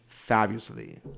Fabulously